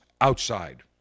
outside